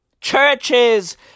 Churches